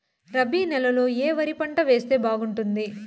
రబి నెలలో ఏ వరి పంట వేస్తే బాగుంటుంది